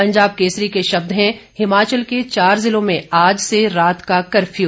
पंजाब केसरी के शब्द हैं हिमाचल के चार जिलों में आज से रात का कर्फ्यू